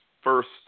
first